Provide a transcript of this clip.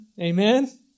amen